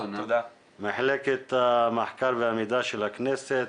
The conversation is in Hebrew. מחלקת המחקר והמידע של הכנסת,